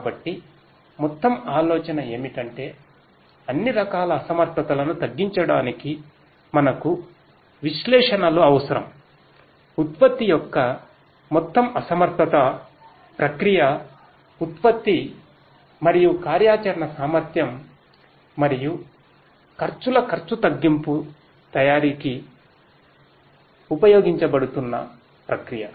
కాబట్టి మొత్తం ఆలోచన ఏమిటంటే అన్ని రకాల అసమర్థతలను తగ్గించడానికి మనకు విశ్లేషణలు అవసరం ఉత్పత్తి యొక్క మొత్తం అసమర్థత ప్రక్రియఉత్పత్తి మరియు కార్యాచరణ సామర్థ్యం మరియు ఖర్చుల ఖర్చు తగ్గింపు తయారీకి ఉపయోగించబడుతున్న ప్రక్రియ